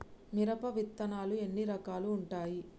మిరప విత్తనాలు ఎన్ని రకాలు ఉంటాయి?